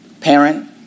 parent